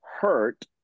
hurt